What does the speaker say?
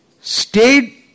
stayed